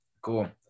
Cool